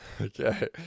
Okay